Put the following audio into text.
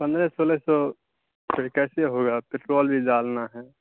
پندرہ سولہ سو پر کیسے ہوگا پٹرول بھی ڈالنا ہے